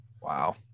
Wow